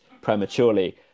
prematurely